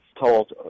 told